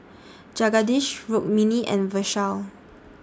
Jagadish Rukmini and Vishal